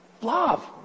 Love